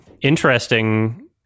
interesting